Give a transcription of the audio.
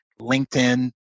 LinkedIn